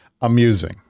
amusing